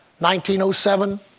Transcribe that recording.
1907